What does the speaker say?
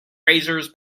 razors